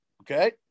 okay